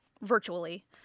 virtually